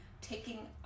taking